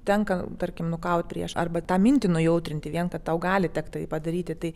tenka tarkim nukaut prieš arba tą mintį nujautrinti vien tau gali tekt tai padaryti tai